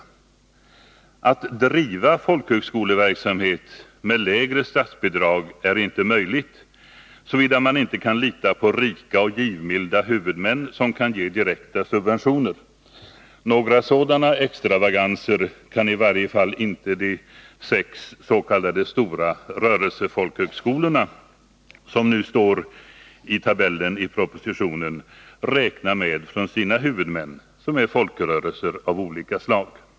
Att driva folkhögskoleverksamhet med lägre statsbidrag är inte möjligt — såvida man inte kan lita på rika och givmilda huvudmän som kan ge direkta subventioner. Några sådana extravaganser kan i varje fall inte de sex s.k. stora rörelsefolkhögskolor som nu står i tabellen i propositionen räkna med från sina huvudmän, som är folkrörelser av olika slag.